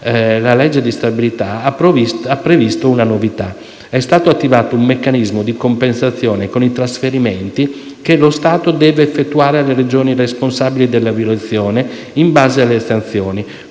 la legge di stabilità ha previsto una novità: è stato attivato un meccanismo di compensazione con i trasferimenti che lo Stato deve effettuare alle Regioni responsabili della violazione in base alle sanzioni,